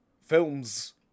Films